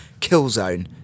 Killzone